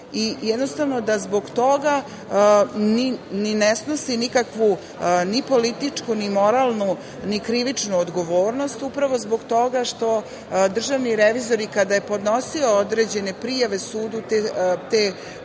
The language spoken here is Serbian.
zakup i da zbog toga ni ne snosi nikakvu ni političku, ni moralnu, ni krivičnu odgovornost, upravo zbog toga što državni revizor kada je podnosio određene prijave sudu, ti postupci